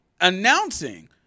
announcing